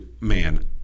man